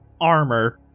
armor